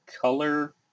color